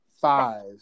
five